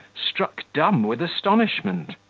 struck dumb with astonishment.